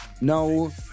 No